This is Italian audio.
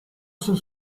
sul